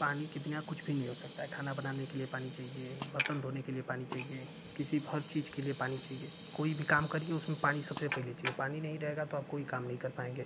पानी के बिना कुछ भी नहीं हो सकता है खाना बनाने के लिए पानी चाहिए बर्तन धोने के लिए पानी चाहिए किसी हर चीज़ के लिए पानी चाहिए कोई भी काम करिए उसमे पानी सबसे पहले चाहिए पानी नहीं रहेगा तो आप कोई काम नहीं कर पाएंगे